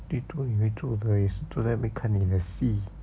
最多你会做的也是坐在那边看你的戏